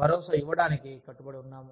భరోసా ఇవ్వడానికి కట్టుబడి ఉన్నాము